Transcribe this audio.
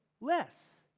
less